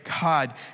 God